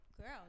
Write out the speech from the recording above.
Girl